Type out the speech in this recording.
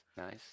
Nice